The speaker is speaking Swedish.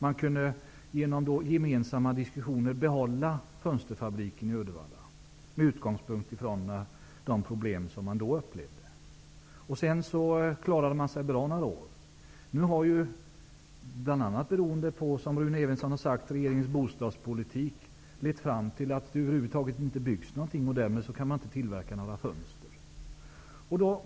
Man kunde genom gemensamma diskussioner, med utgångspunkt i de problem som man då upplevde, behålla fönsterfabriken i Uddevalla. Sedan klarade man sig bra några år. Nu har, som Rune Evensson sade, regeringens bostadspolitik lett fram till att det inte byggs någonting över huvd taget. I och med det kan man inte tillverka några fönster.